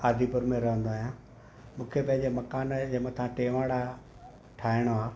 आदिपुर में रहंदो आहियां मूंखे पंहिंजे मकान जे मथां टेवणा ठाहिणो आहे